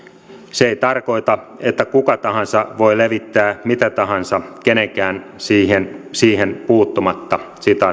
se ei tarkoita että kuka tahansa voi levittää mitä tahansa kenenkään siihen puuttumatta näin